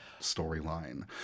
storyline